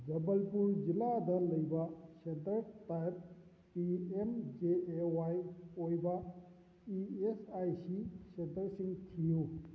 ꯖꯕꯜꯄꯨꯔ ꯖꯤꯂꯥꯗ ꯂꯩꯕ centre type P M J A Y ꯑꯣꯏꯕ ꯏ ꯑꯦꯁ ꯑꯥꯏ ꯁꯤ ꯁꯦꯟꯇꯔꯁꯤꯡ ꯊꯤꯌꯨ